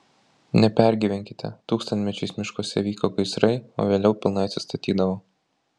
nepergyvenkite tūkstantmečiais miškuose vyko gaisrai o vėliau pilnai atsistatydavo